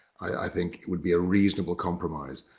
i think it would be a reasonable compromise.